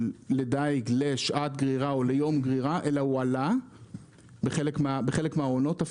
לדיג לשעת גרירה או ליום גרירה אלא הוא עלה בחלק מן העונות.